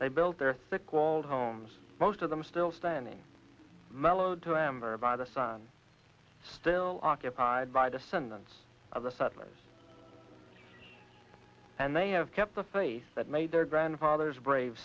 they built their thick walled homes most of them still standing mellowed to amber by the sun still occupied by descendants of the settlers and they have kept the faith that made their grandfathers brave